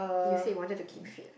you said you wanted to keep kit